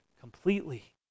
completely